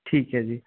ਠੀਕ ਹੈ ਜੀ